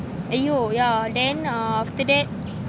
!aiyo! yeah then after that